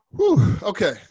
Okay